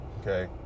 okay